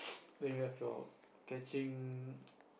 when you have your catching